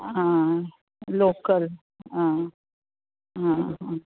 आं लोकल आं